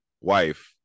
wife